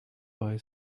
boy